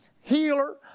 healer